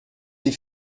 des